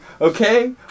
okay